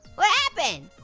what happened?